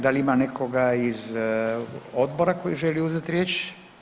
Da li ima nekoga iz odbora koji želi uzeti riječ?